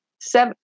seven